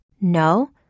No